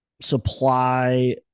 supply